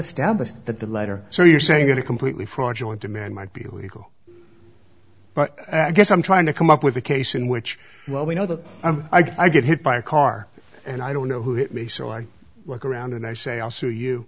established that the letter so you're saying is a completely fraudulent demand might be illegal but i guess i'm trying to come up with a case in which well we know that i get hit by a car and i don't know who hit me so i look around and i say i'll sue you